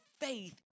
faith